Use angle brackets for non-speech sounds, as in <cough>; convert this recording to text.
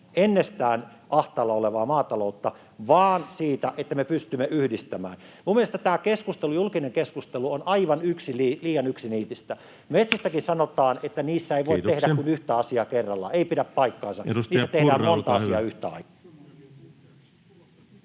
ennestään ahtaalla olevaa maataloutta, vaan siitä, että me pystymme yhdistämään. Minun mielestäni tämä keskustelu, julkinen keskustelu, on aivan liian yksiniitistä. <noise> Metsistäkin sanotaan, että niissä ei voi [Puhemies: Kiitoksia!] tehdä kuin yhtä asiaa kerrallaan — ei pidä paikkaansa. Niissä tehdään monta asiaa yhtä aikaa.